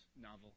Novel